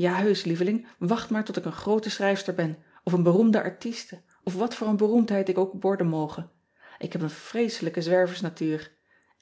a heusch lieveling wacht maar tot ik een groote schrijfster ben of een beroemde artiste of wat voor een beroemdheid ik ook worden moge k heb een vreeselijke zwerversnatuur